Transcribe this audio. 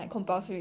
orh